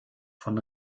von